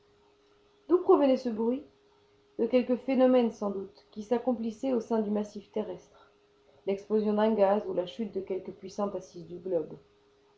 d'où provenait ce bruit de quelque phénomène sans doute qui s'accomplissait au sein du massif terrestre l'explosion d'un gaz ou la chute de quelque puissante assise du globe